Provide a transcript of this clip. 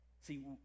See